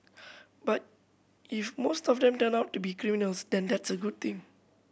but if most of them turn out to be criminals then that's a good thing